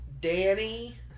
Danny